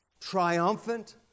triumphant